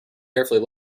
carefully